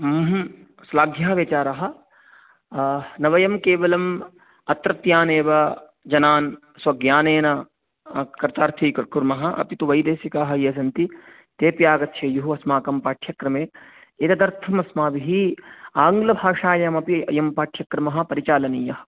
स्लाघ्याः विचाराः न वयं केवलं अत्रत्यानेव जनान् स्वज्ञानेन कर्तार्थीकुर्मः अपि तु वैदेसिकाः ये सन्ति ते अपि आगच्छेयुः अस्माकं पाठ्यक्रमे एतदर्थं अस्माभिः आङ्गलभाषायाम् अपि अयं पाठ्यक्रमः परिचालनीयः